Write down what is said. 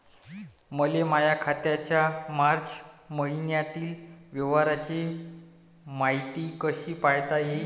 मले माया खात्याच्या मार्च मईन्यातील व्यवहाराची मायती कशी पायता येईन?